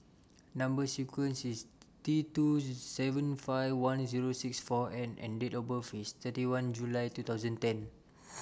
Number sequence IS T two seven five one Zero six four N and Date of birth IS thirty one July two thousand and ten